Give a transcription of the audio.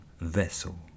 vessel